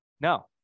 No